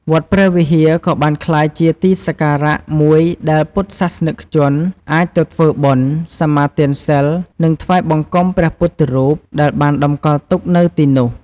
វត្តព្រះវិហារ ក៏បានក្លាយជា ទីសក្ការៈ មួយដែល ពុទ្ធសាសនិកជន អាចទៅ ធ្វើបុណ្យ សមាទានសីល និង ថ្វាយបង្គំព្រះពុទ្ធរូប ដែលបាន តម្កល់ទុកនៅទីនោះ។